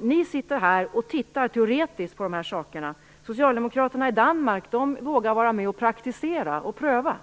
Ni sitter här och tittar teoretiskt på de här sakerna. Socialdemokraterna i Danmark vågar vara med och praktisera och pröva.